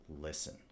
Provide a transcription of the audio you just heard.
listen